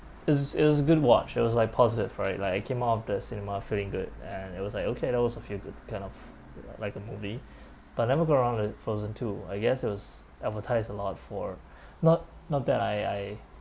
it's it was a good watch it was like positive right like I came out of the cinema feeling good and it was like okay that was a feel good kind of like a movie but never got on the frozen two I guess it was advertised a lot for not not that I I